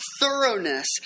thoroughness